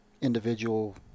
individual